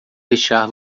deixar